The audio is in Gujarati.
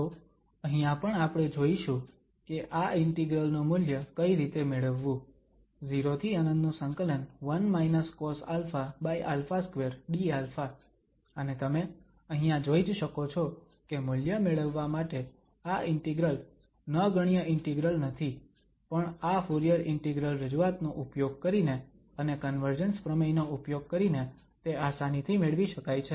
તો અહીંયા પણ આપણે જોઈશું કે આ ઇન્ટિગ્રલ નુ મૂલ્ય કઈ રીતે મેળવવુ 0∫∞ 1 cosαα2dα અને તમે અહીંયા જોઈ જ શકો છો કે મૂલ્ય મેળવવા માટે આ ઇન્ટિગ્રલ નગણ્ય ઇન્ટિગ્રલ નથી પણ આ ફુરીયર ઇન્ટિગ્રલ રજૂઆત નો ઉપયોગ કરીને અને કન્વર્જન્સ પ્રમેય નો ઉપયોગ કરીને તે આસાનીથી મેળવી શકાય છે